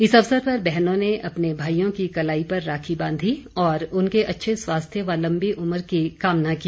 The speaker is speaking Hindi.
इस अवसर पर बहनों ने अपने भाईयों की कलाई पर राखी बांधी और उनके अच्छे स्वास्थ्य व लम्बी उम्र की कामना की